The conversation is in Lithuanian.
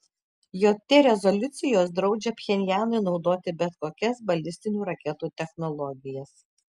jt rezoliucijos draudžia pchenjanui naudoti bet kokias balistinių raketų technologijas